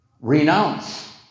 renounce